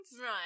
Right